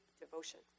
devotion